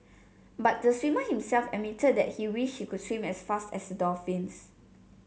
but the swimmer himself admitted that he wished he could swim as fast as the dolphins